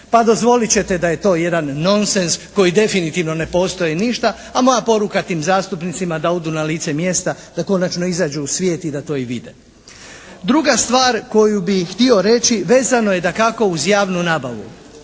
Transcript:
Pa dozvolit ćete da je to jedan nonsens koji definitivno ne postoji ništa, a moja poruka tim zastupnicima da odu na lice mjera sa konačno izađu u svijet i da to i vide. Druga stvar koju bih htio reći vezano je dakako uz javnu nabavu.